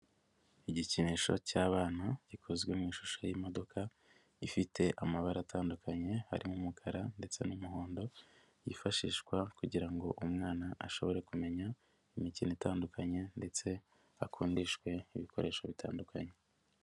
Igikinisho cy'abana gikozwe mu ishusho y'imodoka ifite amabara atandukanye harimo umukara ndetse n'umuhondo yifashishwa kugira ngo umwana ashobore kumenya imikino itandukanye ndetse akundishwe ibikoresho bitandukanye.